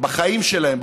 בחיים שלהם,